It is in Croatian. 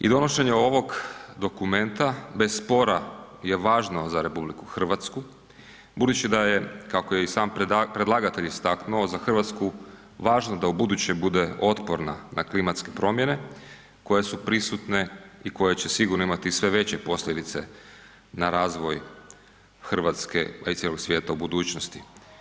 I donošenje ovog dokumenta bez spora je važno za RH budući da je, kako je i sam predlagatelj istaknuo, za RH važno da ubuduće bude otporna na klimatske promjene koje su prisutne i koje će sigurno imati sve veće posljedice na razvoj RH, a i cijelog svijeta u budućnosti.